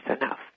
enough